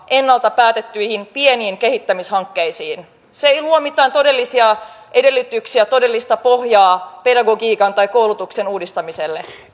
ennalta päätettyihin pieniin kehittämishankkeisiin se ei luo mitään todellisia edellytyksiä todellista pohjaa pedagogiikan tai koulutuksen uudistamiselle